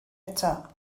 eto